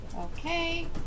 Okay